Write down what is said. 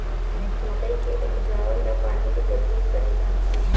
मकई के उपजाव ला पानी के जरूरत परेला का?